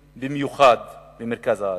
במיוחד במרכז הארץ,